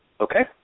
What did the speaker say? Okay